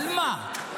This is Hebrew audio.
על מה?